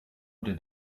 did